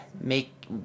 make